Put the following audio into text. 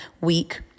Week